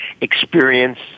Experience